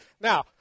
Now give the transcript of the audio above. Now